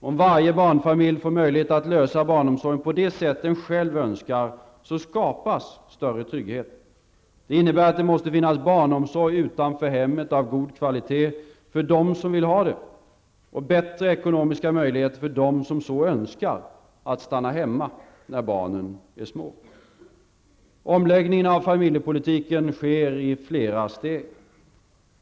Om varje barnfamilj får möjlighet att lösa barnomsorgen på det sätt den själv önskar skapas större trygghet. Det innebär att det måste finnas barnomsorg utanför hemmet av god kvalitet för dem som vill ha det och bättre ekonomiska möjligheter för dem som så önskar att stanna hemma när barnen är små. Omläggningen av familjepolitiken sker i flera steg.